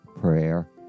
prayer